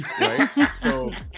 Right